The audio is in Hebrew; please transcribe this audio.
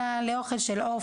אלא אוכל כמו עוף,